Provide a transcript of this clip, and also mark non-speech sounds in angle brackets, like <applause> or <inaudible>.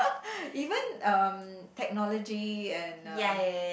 <laughs> even um technology and uh